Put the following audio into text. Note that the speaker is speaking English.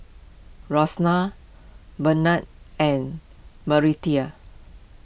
Burnell and Meredith